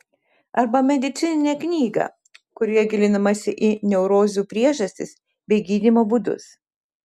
arba medicininę knygą kurioje gilinamasi į neurozių priežastis bei gydymo būdus